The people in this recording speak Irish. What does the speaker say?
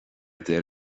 deir